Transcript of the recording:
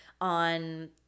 on